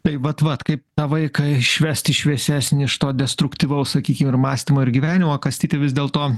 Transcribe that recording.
tai vat vat kaip tą vaiką išvest į šviesesnį iš to destruktyvaus sakykim ir mąstymo ir gyvenimo kastyti vis dėlto